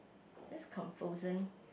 that's confusing